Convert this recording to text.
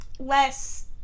Less